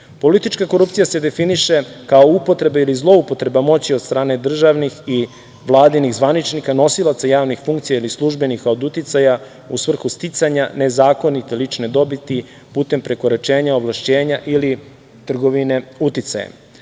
Politička korupcija se definiše kao upotreba ili zloupotreba moći od strane državnih i vladinih zvaničnika, nosilaca javnih funkcija i službenika od uticaja u svrhu sticanja nezakonite lične dobiti putem prekoračenja ovlašćenja ili trgovine uticajem. Znamo